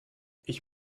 ich